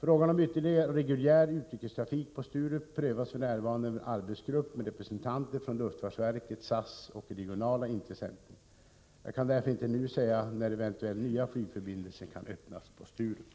Frågan om ytterligare reguljär utrikestrafik på Sturup prövas f.n. av en arbetsgrupp med representanter från luftfartsverket, SAS och regionala intressenter. Jag kan därför inte nu säga när eventuella nya flygförbindelser kan öppnas på Sturup.